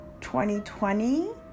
2020